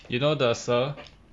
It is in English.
you know the 蛇